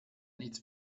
nichts